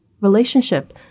relationship